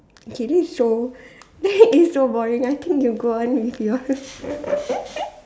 okay this is so that is so boring I think you are gone with your